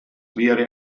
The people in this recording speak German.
wäre